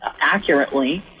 accurately